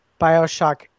Bioshock